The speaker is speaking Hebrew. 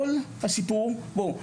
כל הסיפור פה,